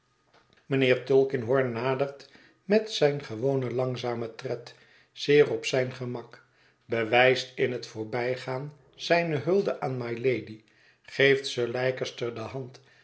mijnheer tulkinghorn nadert met zijn gewonen langzamen tred zeer op zijn gemak bewijst in het voorbijgaan zijne hulde aan mylady geeft sir leicester de hand